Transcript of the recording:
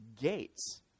gates